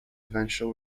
eventual